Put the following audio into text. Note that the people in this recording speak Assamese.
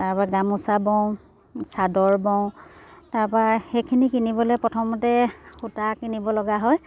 তাৰপৰা গামোচা বওঁ চাদৰ বওঁ তাৰপৰা সেইখিনি কিনিবলৈ প্ৰথমতে সূতা কিনিব লগা হয়